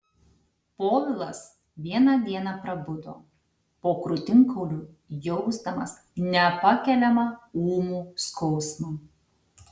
povilas vieną dieną prabudo po krūtinkauliu jausdamas nepakeliamą ūmų skausmą